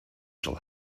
shall